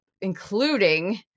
including